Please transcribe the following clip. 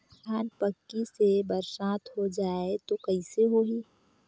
धान पक्की से बरसात हो जाय तो कइसे हो ही?